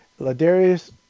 Ladarius